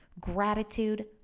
gratitude